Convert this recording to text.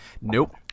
Nope